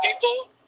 people